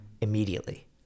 immediately